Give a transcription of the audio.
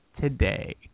today